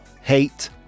hate